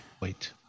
wait